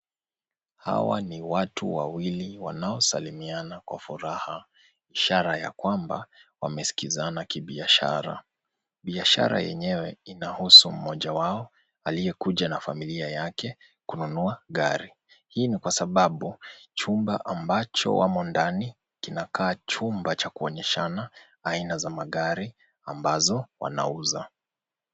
Hawa ni watu wawili wanaosalimiana kwa furaha. Ishara ya kwamba, wamesikizana kibiashara. Biashara yenyewe inahusu mmoja wao, aliyekuja na familia yake, kununua gari. Hii ni kwa sababu, chumba ambacho wamo ndani, kinakaa chumba cha kuonyeshana, aina za magari, ambazo wanauza.